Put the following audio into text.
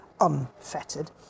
unfettered